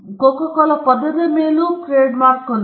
Coca Cola ಪದದ ಮೇಲೆ trademark ಹೊಂದಿದೆ